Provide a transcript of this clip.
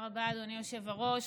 היושב-ראש.